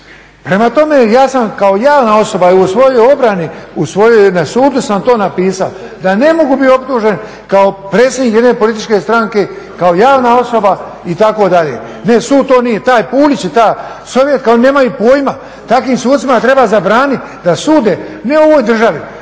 Prema tome ja sam kao javna osoba i u svojoj obrani, u svojoj, na sudu sam to napisao da ne mogu biti optužen kao predsjednik jedne političke stranke, kao javna osoba itd., ne sud to nije. Taj Puljić i ta Sovjetka oni nemaju pojma, takvim sucima treba zabraniti da sude ne u ovoj državi